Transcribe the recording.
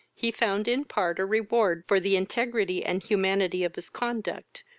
he found in part a reward for the integrity and humanity of his conduct,